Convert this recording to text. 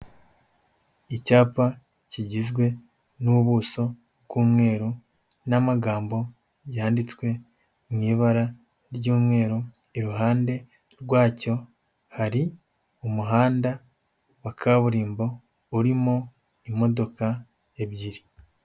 Icyapa kigizwe n'ubuso bw'umweru n'amagambo yanditswe mu ibara ry'umweru, iruhande rwacyo hari umuhanda wa kaburimbo urimo imodoka ebyiri.